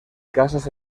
casas